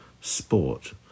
sport